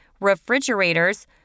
refrigerators